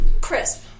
crisp